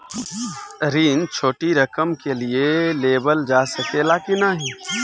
ऋण छोटी रकम के लिए लेवल जा सकेला की नाहीं?